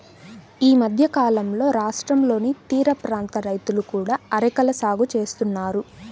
ఈ మధ్యకాలంలో రాష్ట్రంలోని తీరప్రాంత రైతులు కూడా అరెకల సాగు చేస్తున్నారు